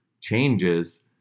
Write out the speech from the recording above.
changes